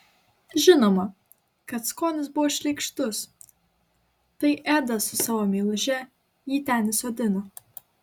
žinoma kad skonis buvo šleikštus tai edas su savo meiluže jį ten įsodino